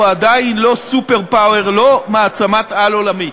אנחנו עדיין לא סופר-פאוור, לא מעצמת-על עולמית,